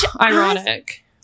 ironic